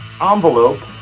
envelope